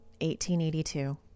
1882